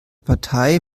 partei